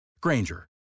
Granger